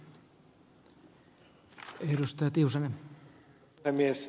arvoisa herra puhemies